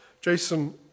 Jason